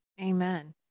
Amen